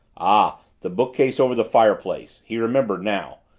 ah, the bookcase over the fireplace! he remembered now!